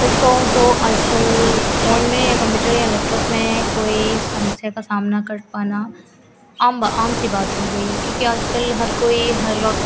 सच कहूँ तो आजकल फ़ोन में या कम्प्यूटर या लैपटॉप में कोई समस्या का सामना कर पाना आम बा आम सी बात हो गई है क्योंकि आजकल हर कोई हर वक्त